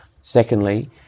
Secondly